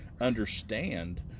understand